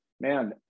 man